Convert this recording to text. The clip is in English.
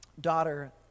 daughter